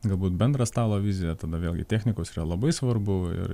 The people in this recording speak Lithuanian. galbūt bendro stalo vizija tada vėlgi technikos yra labai svarbu ir